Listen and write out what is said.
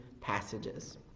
passages